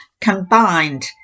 combined